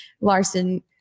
Larson